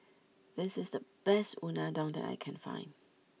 this is the best Unadon that I can find